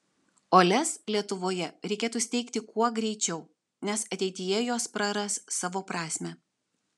o lez lietuvoje reikėtų steigti kuo greičiau nes ateityje jos praras savo prasmę